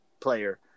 player